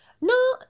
no